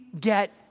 get